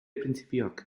printzipioak